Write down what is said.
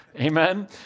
amen